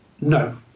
No